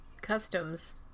customs